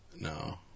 No